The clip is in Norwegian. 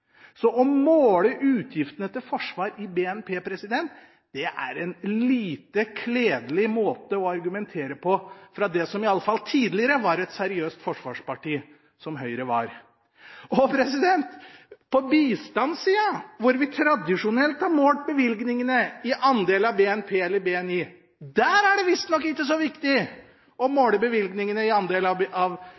Så det å måle utgiftene til Forsvaret i BNP er en lite kledelig måte å argumentere på fra det som i alle fall tidligere var et seriøst forsvarsparti, som Høyre var. På bistandssida, hvor vi tradisjonelt har målt bevilgningene i andel av BNP eller BNI, er det visstnok ikke så viktig å måle bevilgningene i andel av